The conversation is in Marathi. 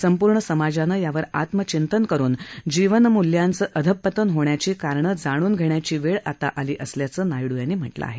संपूर्ण समाजानं यावर आत्मथिंतन करुन जीवन मूल्यांचं अधःपतन होण्याची कारणं जाणून घेण्याची वेळ आता आली असल्याचं नायडू यांनी म्हटलं आहे